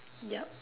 yup